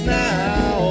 now